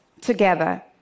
together